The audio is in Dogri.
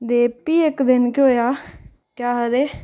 ते फ्ही एक्क दिन केह् होएया केह् आखदे